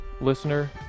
Listener